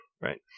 right